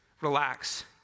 Relax